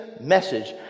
message